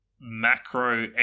macro